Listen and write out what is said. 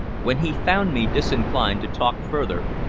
when he found me disinclined to talk further,